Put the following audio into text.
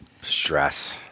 stress